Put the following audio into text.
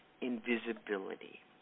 invisibility